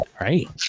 Right